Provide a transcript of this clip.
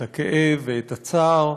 את הכאב ואת הצער.